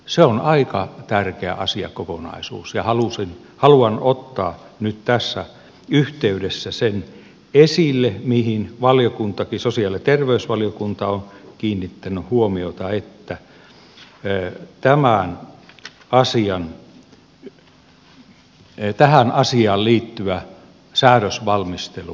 se on aika tärkeä asiakokonaisuus ja haluan ottaa nyt tässä yhteydessä esille sen mihin sosiaali ja terveysvalio kuntakin on kiinnittänyt huomiota että tähän asiaan liittyvä säädösvalmistelu etenisi